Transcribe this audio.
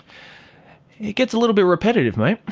it gets a little bit repetitive mate.